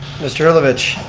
mr. herlovich.